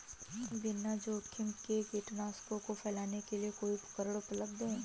क्या बिना जोखिम के कीटनाशकों को फैलाने के लिए कोई उपकरण उपलब्ध है?